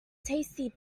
tasty